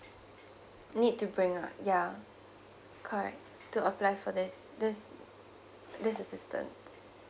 need to bring lah ya correct to apply for this this this assistance